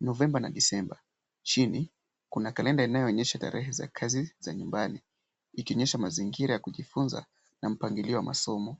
Novemba na Disemba. Chini kuna kalenda inayoonyesha tarehe za kazi za nyumbani ikionyesha mazingira ya kujifunza na mpangilio wa masomo.